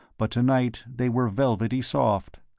but to-night they were velvety soft.